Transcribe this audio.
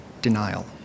Denial